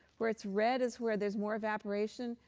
where it's red is where there's more evaporation.